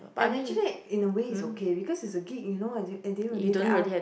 and actually in a way is okay because it's a gig you know and at the end of day there are